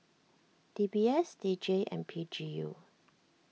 D B S D J and P G U